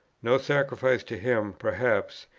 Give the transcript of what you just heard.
no sacrifice to him perhaps,